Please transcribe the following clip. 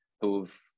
who've